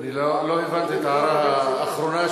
לא הבנתי את ההערה האחרונה,